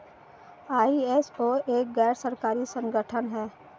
ISO एक गैर सरकारी संगठन है